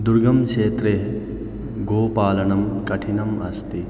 दुर्गम् क्षेत्रे गोपालनं कठिनम् अस्ति